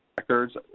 records,